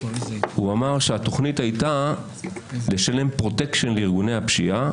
הוא אמר שהתוכנית הייתה לשלם פרוטקשן לארגוני הפשיעה,